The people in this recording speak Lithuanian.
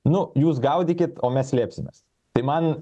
nu jūs gaudykit o mes slėpsimės tai man